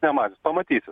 nemažins pamatysit